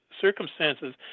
circumstances